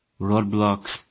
roadblocks